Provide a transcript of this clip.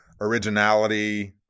originality